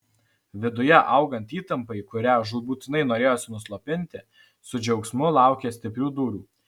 viduje augant įtampai kurią žūtbūtinai norėjosi nuslopinti su džiaugsmu laukiau stiprių dūrių